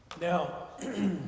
Now